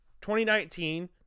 2019